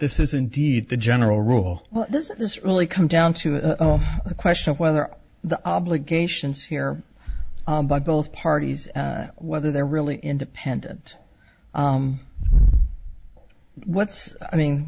this is indeed the general rule well this is this really comes down to a question of whether the obligations here by both parties whether they're really independent what's i mean